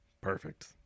Perfect